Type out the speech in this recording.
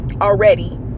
already